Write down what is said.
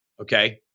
Okay